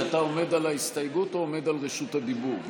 על ההסתייגות או עומד על רשות הדיבור?